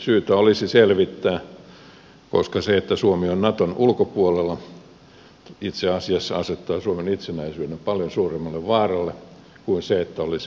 syytä olisi selvittää koska se että suomi on naton ulkopuolella itse asiassa asettaa suomen itsenäisyyden paljon suurempaan vaaraan kuin se että olisimme liittoutuneet